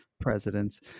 presidents